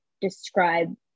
describe